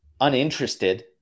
uninterested